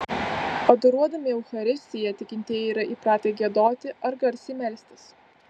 adoruodami eucharistiją tikintieji yra įpratę giedoti ar garsiai melstis